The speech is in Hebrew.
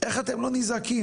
איך אתם לא נזעקים?